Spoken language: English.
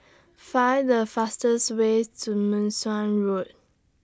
Find The fastest ways to Meng Suan Road